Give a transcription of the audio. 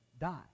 die